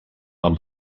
van